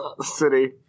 city